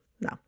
No